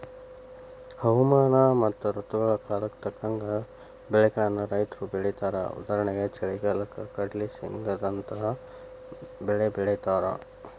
ಹವಾಮಾನ ಮತ್ತ ಋತುಗಳ ಕಾಲಕ್ಕ ತಕ್ಕಂಗ ಬೆಳಿಗಳನ್ನ ರೈತರು ಬೆಳೇತಾರಉದಾಹರಣೆಗೆ ಚಳಿಗಾಲಕ್ಕ ಕಡ್ಲ್ಲಿ, ಶೇಂಗಾದಂತ ಬೇಲಿ ಬೆಳೇತಾರ